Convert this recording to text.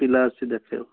ପିଲା ଆସୁଛି ଦେଖେଇବ